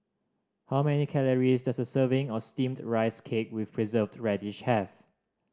how many calories does a serving of Steamed Rice Cake with Preserved Radish have